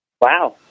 Wow